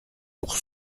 pour